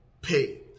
pay